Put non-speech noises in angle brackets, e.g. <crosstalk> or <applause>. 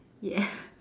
ya <breath>